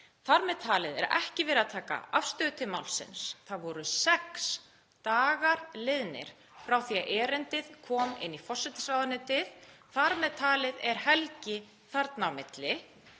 þar með talið er ekki verið að taka afstöðu til málsins. Það voru sex dagar liðnir frá því að erindið kom inn í forsætisráðuneytið, þar með talið er helgi þarna á milli.